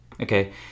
Okay